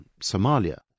Somalia